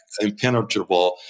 impenetrable